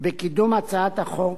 בקידום הצעת החוק,